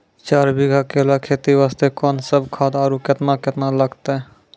चार बीघा केला खेती वास्ते कोंन सब खाद आरु केतना केतना लगतै?